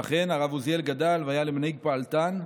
ואכן, הרב עוזיאל גדל והיה למנהיג פעלתן.